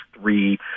three